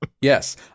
Yes